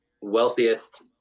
wealthiest